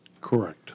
Correct